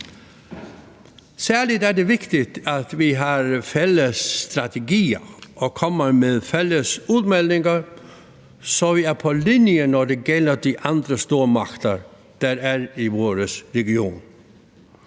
Særlig er det vigtigt, at vi har fælles strategier og kommer med fælles udmeldinger, så vi er på linje, når det gælder de andre stormagter, der er i vores region.